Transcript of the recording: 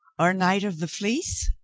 or knight of the fleece?